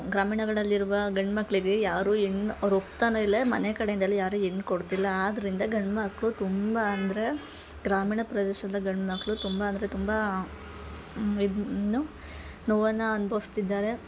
ಗ್ರಾಮೀಣಗಳಲ್ಲಿರುವ ಗಂಡ್ಮಕ್ಕಳಿಗೆ ಯಾರು ಹೆಣ್ಣು ಅವ್ರು ಒಪ್ತಾನು ಇಲ್ಲ ಮನೆಕಡೆ ಅಂದಲಿ ಯಾರು ಹೆಣ್ಣು ಕೊಡ್ತಿಲ್ಲ ಆದ್ದರಿಂದ ಗಂಡ್ಮಕ್ಕಳು ತುಂಬ ಅಂದರೆ ಗ್ರಾಮೀಣ ಪ್ರದೇಶದ ಗಂಡ್ಮಕ್ಕಳು ತುಂಬ ಅಂದರೆ ತುಂಬ ಇದ್ನು ನೋವನ್ನ ಅನ್ಭಸ್ತಿದ್ದಾರೆ